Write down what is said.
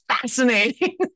fascinating